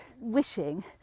wishing